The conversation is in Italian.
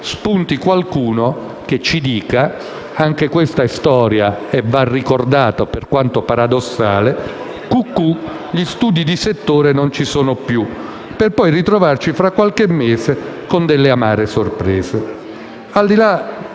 spuntasse qualcuno a dirci - e pure questa è storia e va ricordata, per quanto paradossale - «cucù, gli studi di settore non ci sono più», per poi ritrovarci fra qualche mese con amare sorprese.